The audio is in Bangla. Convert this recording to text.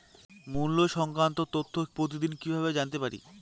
মুল্য সংক্রান্ত তথ্য প্রতিদিন কিভাবে জানতে পারি?